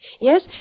Yes